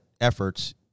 efforts